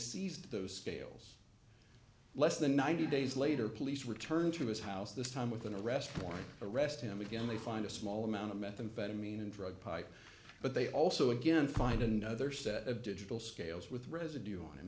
seized those scales less than ninety days later police returned to his house this time with an arrest warrant to arrest him again they find a small amount of methamphetamine and drug pipe but they also again find another set of digital scales with residue on him